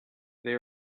they